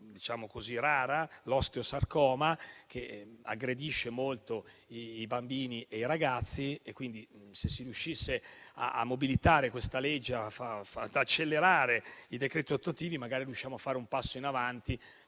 di tumore, l'osteosarcoma, che aggredisce molto bambini e ragazzi. Se si riuscisse a mobilitare questa legge e ad accelerare i decreti attuativi, magari riusciremmo a fare un passo in avanti